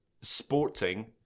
sporting